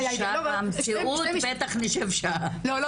לא.